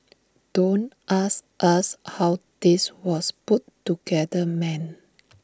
don't ask us how this was put together man